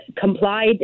complied